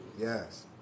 Yes